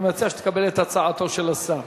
אני מציע שתקבל את הצעתו של השר.